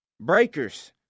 Breakers